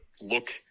look